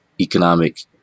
economic